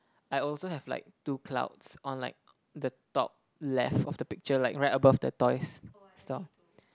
I also have like two clouds on like the top left of the picture like right above the toys stuff